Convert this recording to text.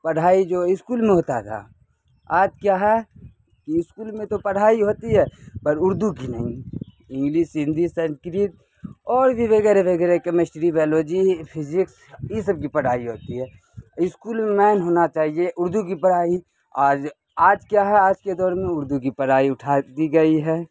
پڑھائی جو اسکول میں ہوتا تھا آج کیا ہے کہ اسکول میں تو پڑھائی ہوتی ہے پر اردو کی نہیں انگلس ہندی سنسکرت اور بھی وغیرہ وغیرہ کیمیسٹری بائیولوجی فزکس ای سب کی پڑھائی ہوتی ہے اسکول میں مین ہونا چاہیے اردو کی پرھائی آج آج کیا ہے آج کے دور میں اردو کی پرھائی اٹھا دی گئی ہے